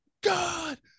God